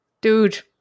Dude